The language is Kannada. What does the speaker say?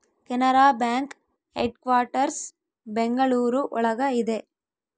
ಕೆನರಾ ಬ್ಯಾಂಕ್ ಹೆಡ್ಕ್ವಾಟರ್ಸ್ ಬೆಂಗಳೂರು ಒಳಗ ಇದೆ